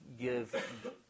give